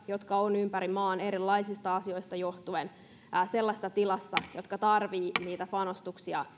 jotka ovat ympäri maan erilaisista asioista johtuen sellaisessa tilassa että ne tarvitsevat niitä panostuksia